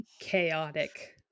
chaotic